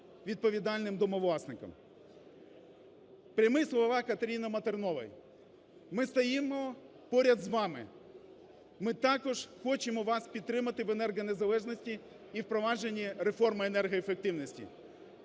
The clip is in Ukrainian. відповідальним домовласникам. Прямі слова Катерини Матернової: "Ми стоїмо поряд з вами, ми також хочемо вас підтримати в енергонезалежності і впровадженні реформи енергоефективності.